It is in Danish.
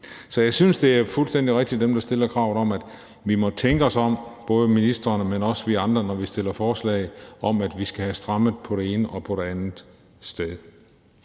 Så jeg synes, det er fuldstændig rigtigt, at man stiller kravet om, at vi må tænke os om, både ministeren og også os andre, når vi fremsætter forslag om, at vi skal have strammet det ene og det andet sted.